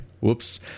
whoops